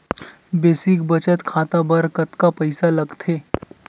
Basic बचत खाता बर कतका पईसा लगथे?